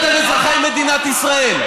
שאתם אזרחי מדינת ישראל.